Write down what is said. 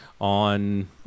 on